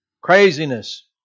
craziness